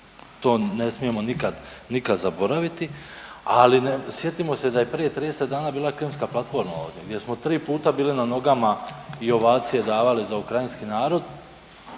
to ne smijemo nikad zaboraviti, ali ne, sjetimo se da je prije 30 dana bila Krimska platforma ovdje gdje smo 3 puta bili na nogama i ovacije davali za ukrajinski narod,